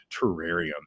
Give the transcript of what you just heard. terrarium